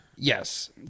Yes